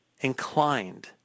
inclined